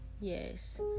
Yes